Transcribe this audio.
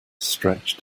stretched